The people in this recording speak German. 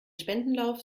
spendenlauf